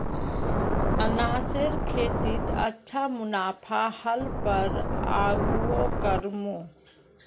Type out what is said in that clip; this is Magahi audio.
अनन्नासेर खेतीत अच्छा मुनाफा ह ल पर आघुओ करमु